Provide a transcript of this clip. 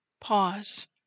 Pause